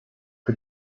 für